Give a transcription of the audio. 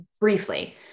briefly